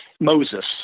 Moses